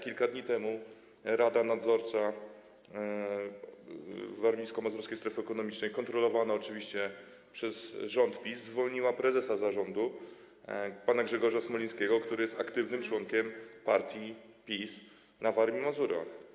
Kilka dni temu Rada Nadzorcza Warmińsko-Mazurskiej Specjalnej Strefy Ekonomicznej, kontrolowana oczywiście przez rząd PiS, zwolniła prezesa zarządu pana Grzegorza Smolińskiego, który jest aktywnym członkiem partii PiS na Warmii i Mazurach.